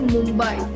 Mumbai